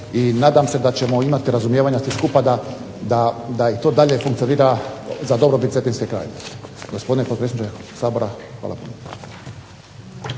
nadam se da ćemo imati razumijevanja svi skupa da i to dalje funkcionira za dobrobit cetinske krajine.